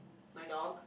my dog